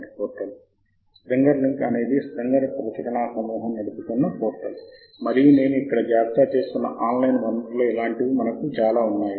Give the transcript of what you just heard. bib file వాస్తవానికి స్వచ్ఛమైన text file ఇది మనము చదవగలిగే ఫైల్ మరియు వ్యాసం యొక్క రకం ఏమిటి మరియు సరిహద్దులుగా ఉన్న వివిధ రంగాలు ఏమిటి మరియు ప్రతి క్రొత్త అంశం గుర్తుతో ప్రారంభమవుతుంది మరియు తరువాత వ్యాసం వస్తుంది